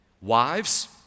Wives